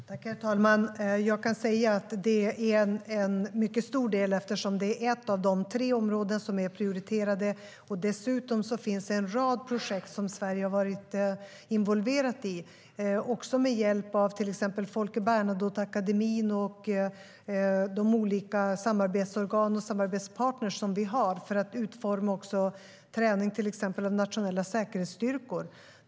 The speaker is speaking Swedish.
Herr talman! Jag kan säga att det är en mycket stor del, eftersom det är ett av de tre områden som är prioriterade. Dessutom finns det en rad projekt som Sverige varit involverat i, också med hjälp av till exempel Folke Bernadotteakademin och de olika samarbetsorgan och samarbetspartner vi har, för att utforma exempelvis träning av nationella säkerhetsstyrkor.